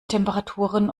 temperaturen